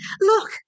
Look